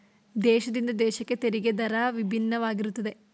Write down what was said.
ದೇಶದಿಂದ ದೇಶಕ್ಕೆ ತೆರಿಗೆ ದರ ಭಿನ್ನವಾಗಿರುತ್ತದೆ